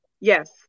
Yes